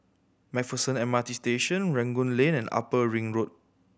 Macpherson M R T Station Rangoon Lane and Upper Ring Road